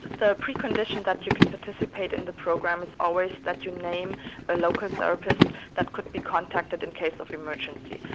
the precondition that you can participate in the program is always that you name a local therapist who could be contacted in case of emergency.